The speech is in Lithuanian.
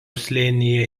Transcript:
slėnyje